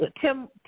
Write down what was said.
Tim